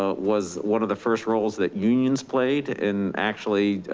ah was one of the first roles that unions played in actually,